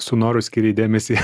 su noru skyrei dėmesį